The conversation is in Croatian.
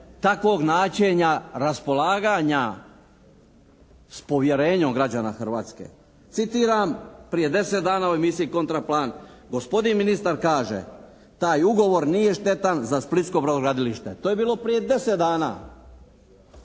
takvog načina raspolaganja s povjerenjem građana Hrvatske. Citiram prije 10 dana u emisiji «Kontra plan», gospodin ministar kaže: «Taj ugovor nije štetan za splitsko brodogradilište». To je bilo prije 10 dana.